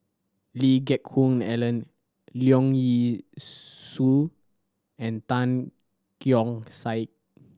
Lee Geck Hoon Ellen Leong Yee Soo and Tan Keong Saik